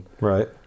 Right